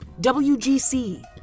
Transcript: WGC